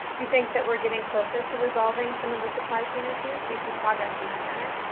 you think that we're getting closer to resolving some of the supply chain issues. do you see progress in that manner?